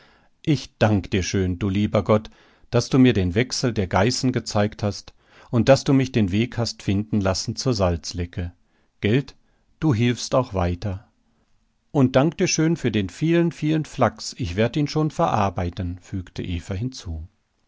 ich dank dir schön du lieber gott daß du mir den wechsel der geißen gezeigt hast und daß du mich den weg hast finden lassen zur salzlecke gelt du hilfst auch weiter und dank dir schön für den vielen vielen flachs ich werd ihn schon verarbeiten fügte eva hinzu